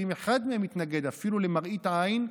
אם אחד מהם יתנגד אפילו למראית עין,